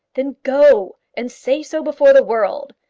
then go and say so before the world,